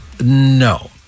No